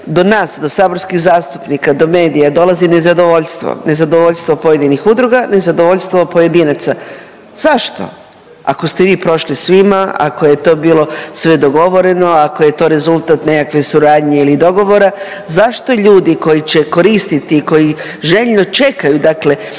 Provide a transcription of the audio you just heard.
do nas, do saborskih zastupnika, do medija dolazi nezadovoljstvo, nezadovoljstvo pojedinih udruga, nezadovoljstvo pojedinaca. Zašto, ako ste vi prošli svima, ako je to bilo sve dogovoreno, ako je to rezultat nekakve suradnje ili dogovora. Zašto ljudi koji će koristiti i koji željno čekaju dakle,